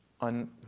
on